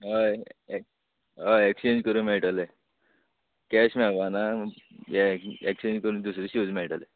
हय एक हय एक्शचेंज करूंक मेळटले कॅश मेळपा ना यें एक्सचेंज करून दुसरे शूज मेळटले